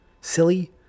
silly